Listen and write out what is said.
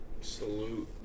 Salute